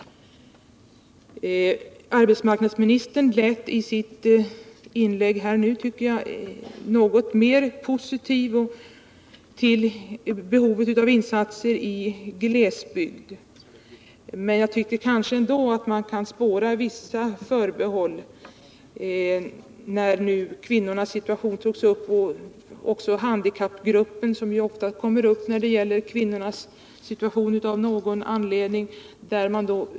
Arbetsmarknadsministern lät i sitt inlägg nu något mer positiv till behovet av insatser i glesbygd. Men jag tycker att man ändå kunde spåra vissa förbehåll när situationen för kvinnorna och handikappgruppen — som av någon anledning ofta kommer upp i samband med kvinnornas situation — togs upp.